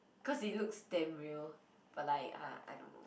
cause it looks damn real but like ah I don't know